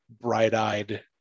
bright-eyed